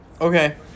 Okay